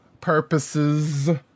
purposes